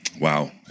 Wow